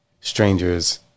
strangers